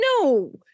no